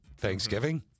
Thanksgiving